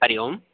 हरिः ओम्